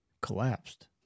collapsed